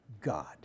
God